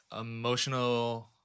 emotional